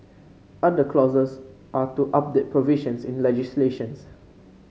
other clauses are to update provisions in legislations